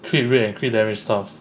crit rate and crit damage stuff